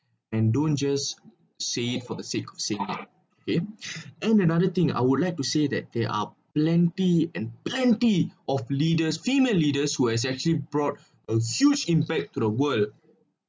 and don't just say it for the sick of seeing that okay and another thing I would like to say that there are plenty and plenty of leaders female leaders who has actually brought a huge impact to the world